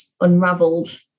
unraveled